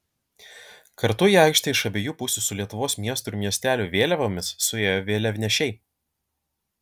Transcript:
kartu į aikštę iš abiejų pusių su lietuvos miestų ir miestelių vėliavomis suėjo vėliavnešiai